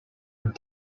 have